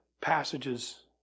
passages